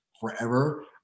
forever